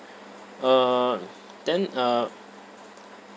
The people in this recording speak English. uh then uh